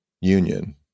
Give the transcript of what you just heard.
union